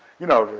you know,